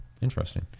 Interesting